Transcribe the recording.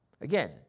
Again